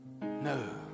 No